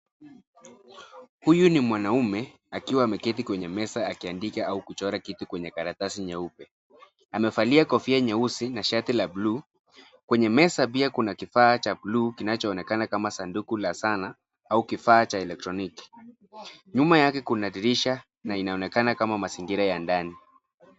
Huyu ni mwanaume akiwa ameketi kwenye meza, akiandika au kuchora kitu kwenye karatasi nyeupe. Amevalia kofia nyeusi na shati la bluu. Kwenye meza pia kuna kifaa cha bluu kinachoonekana kama sanduku la sanaa au kifaa cha elektroniki. Nyuma yake kuna dirisha na inaonekana kama mazingira ya ndani.